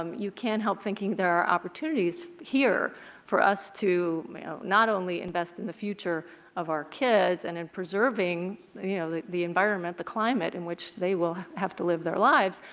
um you can't help thinking there are opportunities here for us to not only invest in the future of our kid and in preserving yeah the the environment, the climate in which they will have to live their lives,